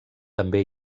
també